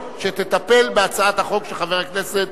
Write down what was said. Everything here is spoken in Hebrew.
תטפל בהצעת החוק של חבר הכנסת